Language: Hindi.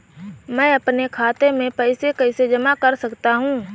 मैं अपने खाते में पैसे कैसे जमा कर सकता हूँ?